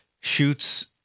shoots